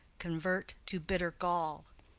convert to bitt'rest gall.